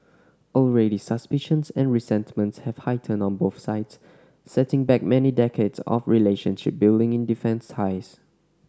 already suspicions and resentments have heightened on both sides setting back many decades of relationship building in defence ties